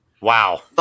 Wow